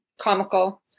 comical